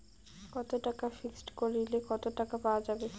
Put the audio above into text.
কত টাকা ফিক্সড করিলে কত টাকা পাওয়া যাবে?